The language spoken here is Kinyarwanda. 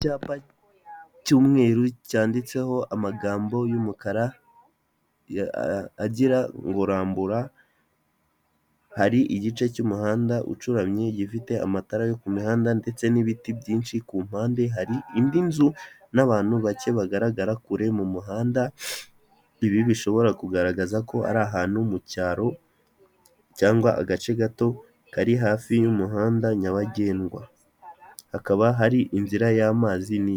Icyapa cy'umweru cyanditseho amagambo y'umukara agira ngo Rambura hari igice cy'muhanda ucuramye gifite amatara yo ku mihanda ndetse n'ibiti byinshi ku mpande hari indi nzu n'abantu bake bagaragara kure mu muhanda ibi bishobora kugaragaza ko ari ahantu mu cyaro cyangwa agace gato kari hafi y'umuhanda nyabagendwa, hakaba hari inzira y'amazi nini.